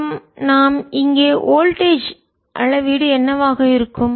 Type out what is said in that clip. மேலும் நாம் இங்கே வோல்டேஜ் மின்னழுத்த அளவீடு என்னவாக இருக்கும்